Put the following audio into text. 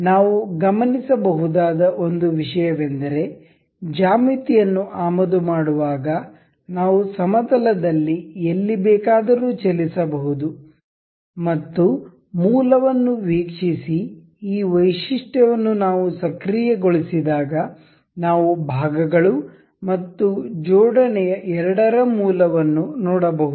ನಾವು ಗಮನಿಸಬಹುದಾದ ಒಂದು ವಿಷಯವೆಂದರೆ ಜ್ಯಾಮಿತಿಯನ್ನು ಆಮದು ಮಾಡುವಾಗ ನಾವು ಸಮತಲ ದಲ್ಲಿ ಎಲ್ಲಿ ಬೇಕಾದರೂ ಚಲಿಸಬಹುದು ಮತ್ತು ಮೂಲವನ್ನು ವೀಕ್ಷಿಸಿ ಈ ವೈಶಿಷ್ಟ್ಯ ವನ್ನು ನಾವು ಸಕ್ರಿಯಗೊಳಿಸಿದಾಗ ನಾವು ಭಾಗಗಳು ಮತ್ತು ಜೋಡಣೆ ಎರಡರ ಮೂಲವನ್ನು ನೋಡಬಹುದು